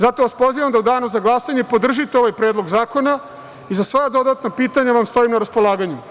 Zato, pozivam vas da u Danu za glasanje podržite Predlog zakona i za sva dodatna pitanja vam stojim na raspolaganju.